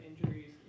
injuries